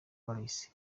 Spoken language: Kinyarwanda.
paris